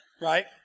right